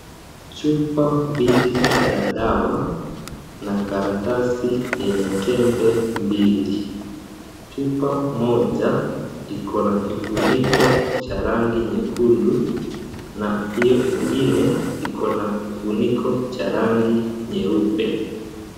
Chupa mbili za dawa na karatasi yenye tembe mbili. Chupa moja iko na kifuniko cha rangi nyekundu na hiyo ingine iko na kifuniko cha rangi nyeupe.